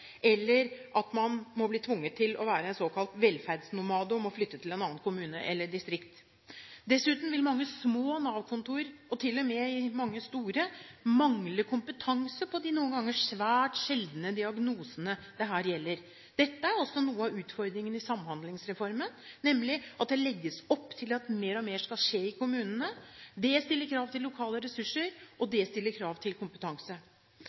eller at man blir tvunget til å være en såkalt velferdsnomade og må flytte til en annen kommune eller et annet distrikt. Dessuten vil mange små Nav-kontor – og til og med mange store – mangle kompetanse på de noen ganger svært sjeldne diagnosene det her gjelder. Dette er også noe av utfordringen i Samhandlingsreformen, nemlig at det legges opp til at mer og mer skal skje i kommunene. Det stiller krav til lokale ressurser, og det stiller krav til kompetanse.